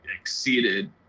exceeded